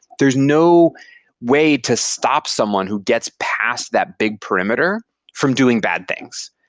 there is no way to stop someone who gets past that big perimeter from doing bad things.